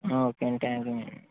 ఆ ఓకే అండి thank you madam